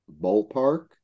ballpark